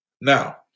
Now